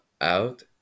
out